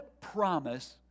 promise